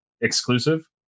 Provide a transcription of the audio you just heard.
exclusive